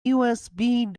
usb